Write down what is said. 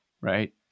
right